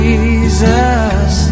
Jesus